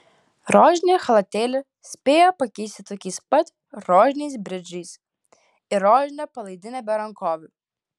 rožinį chalatėlį spėjo pakeisti tokiais pat rožiniais bridžais ir rožine palaidine be rankovių